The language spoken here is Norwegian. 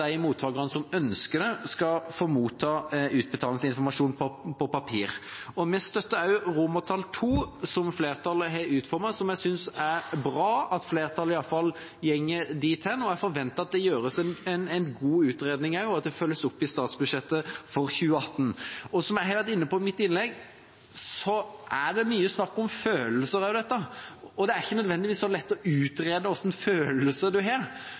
mottakerne som ønsker det, skal få motta utbetalingsinformasjon på papir. Vi støtter også forslaget til vedtak I, som flertallet har utformet, og som jeg synes det er bra at flertallet i alle fall går inn for. Jeg forventer at det gjøres en god utredning, og at det følges opp i statsbudsjettet for 2018. Som jeg har vært inne på i mitt innlegg, er det mye snakk om følelser her, og det er ikke nødvendigvis så lett å utrede hva slags følelser en har.